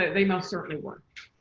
they most certainly were.